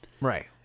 Right